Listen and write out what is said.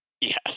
Yes